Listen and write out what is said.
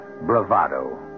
bravado